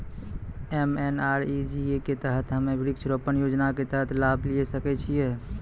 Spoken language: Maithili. एम.एन.आर.ई.जी.ए के तहत हम्मय वृक्ष रोपण योजना के तहत लाभ लिये सकय छियै?